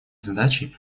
задачей